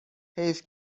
حیف